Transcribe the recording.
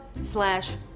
slash